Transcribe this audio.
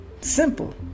Simple